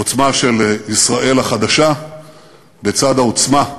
עוצמה של ישראל החדשה לצד העוצמה,